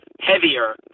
heavier